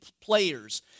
players